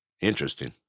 Interesting